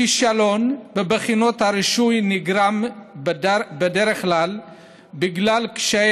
הכישלון בבחינות הרישוי נגרם בדרך כלל בגלל קשיי